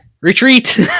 retreat